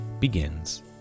begins